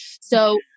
So-